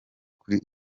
kuri